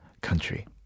country